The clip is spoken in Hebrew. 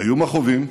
היו מכאובים,